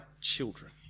children